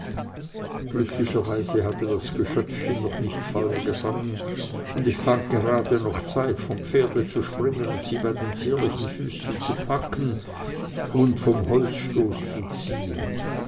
glücklicherweise hatte das geschöpfchen noch nicht feuer gefangen und ich fand gerade noch zeit vom pferde zu springen und sie bei den zierlichen füßchen zu packen und vom holzstoß zu ziehen